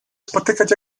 spotykać